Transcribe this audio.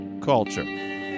culture